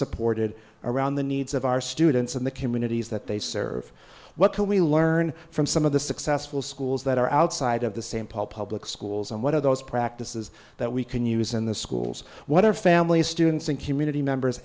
supported around the needs of our students and the communities that they serve what can we learn from some of the successful schools that are outside of the st paul public schools and what are those practices that we can use in the schools what are families students and community members